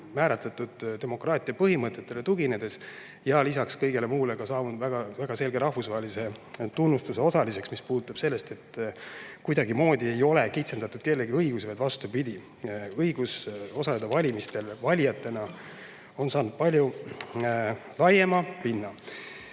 määratletud demokraatia põhimõtetele tuginedes ja lisaks kõigele muule on saanud ka väga selge rahvusvahelise tunnustuse osaliseks, mis puudutab seda, et kuidagimoodi ei ole kitsendatud kellegi õigusi. Vastupidi, õigus osaleda valimistel valijatena on saanud palju laiema pinna.